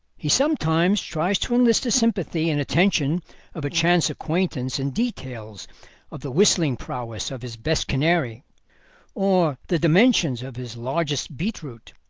he sometimes tries to enlist the sympathy and attention of a chance acquaintance in details of the whistling prowess of his best canary or the dimensions of his largest beetroot